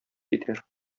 китәр